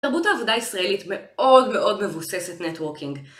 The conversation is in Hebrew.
תרבות העבודה הישראלית מאוד מאוד מבוססת נטווקינג.